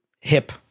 hip